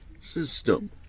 system